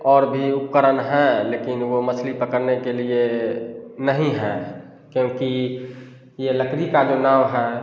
और भी उपकरण हैं लेकिन वो मछली पकड़ने के लिए नहीं हैं क्योकि ये लकड़ी का जो नाव है